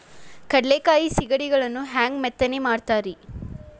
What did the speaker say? ಕಡಲೆಕಾಯಿ ಸಿಗಡಿಗಳನ್ನು ಹ್ಯಾಂಗ ಮೆತ್ತನೆ ಮಾಡ್ತಾರ ರೇ?